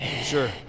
Sure